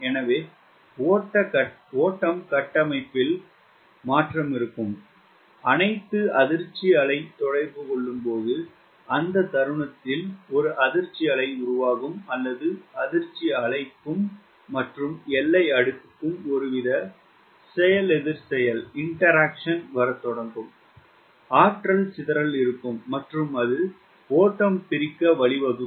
எனவே ஓட்டம் கட்டமைப்பில் மாற்றம் இருக்கும் அனைத்து அதிர்ச்சி அலை தொடர்பு கொள்ளும்போது அந்த தருணத்தில் ஒரு அதிர்ச்சி அலை உருவாகும் அல்லது அதிர்ச்சி அலைக்கும் மற்றும் எல்லை அடுக்குக்கும் ஒருவித செயலெதிர்ச்செயல் வரத் தொடங்கும் ஆற்றல் சிதறல் இருக்கும் மற்றும் அது ஓட்டம் பிரிக்க வழிவகுக்கும்